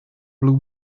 blue